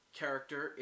character